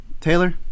Taylor